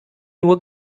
nur